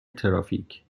ترافیک